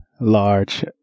large